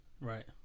right